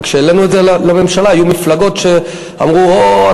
וכשהעלינו את זה לממשלה היו מפלגות שאמרו: או,